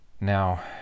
Now